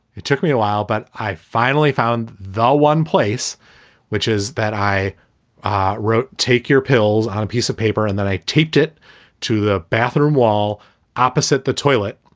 it took me a while, but i finally found the one place which is that i wrote. take your pills on a piece of paper. and then i taped it to the bathroom wall opposite the toilet.